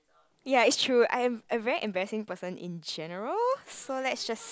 ya it's true I'm a very embarrassing person in general so let's just